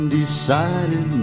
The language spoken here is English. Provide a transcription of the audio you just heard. decided